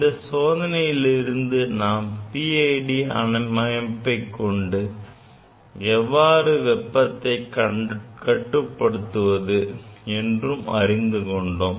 இந்த சோதனையிலிருந்து நாம் PID அமைப்பை கொண்டு எவ்வாறு வெப்பத்தை கட்டுப்படுத்துவது என்று அறிந்து கொண்டோம்